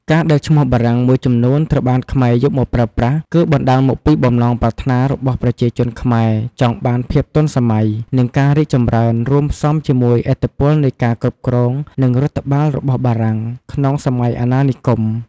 ការដែលឈ្មោះបារាំងមួយចំនួនត្រូវបានខ្មែរយកមកប្រើប្រាស់ គឺបណ្ដាលមកពី បំណងប្រាថ្នារបស់ប្រជាជនខ្មែរចង់បានភាពទាន់សម័យ និងការរីកចម្រើន រួមផ្សំជាមួយឥទ្ធិពលនៃការគ្រប់គ្រង និងរដ្ឋបាលរបស់បារាំង ក្នុងសម័យអាណានិគម។